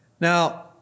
Now